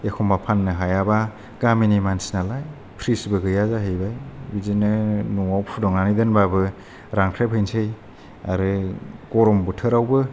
एखनबा फाननो हायाबा गामिनि मानसि नालाय फ्रिडजबो गैयाजाहैबाय बिदिनो न'वाव फुदुंनानै दोनबाबो रानख्रेब हैसै आरो गरम बोथोरावबो